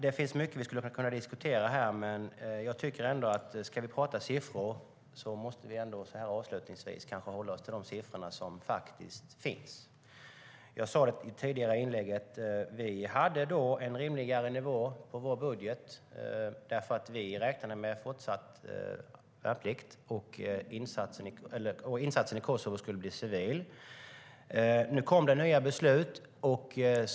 Det finns mycket som vi skulle kunna diskutera här, men om vi ska prata siffror tycker jag att vi måste hålla oss till de siffror som faktiskt finns. Jag sade i mitt tidigare inlägg att vi hade en rimligare nivå i vårt budgetförslag, för vi räknade med fortsatt värnplikt och att insatsen i Kosovo skulle bli civil. Sedan kom det nya beslut.